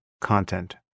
content